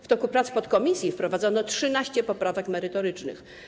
W toku prac w podkomisji wprowadzono 13 poprawek merytorycznych.